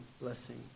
blessing